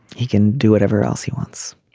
he can do whatever else he wants